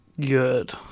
good